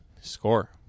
Score